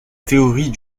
théorie